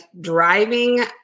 driving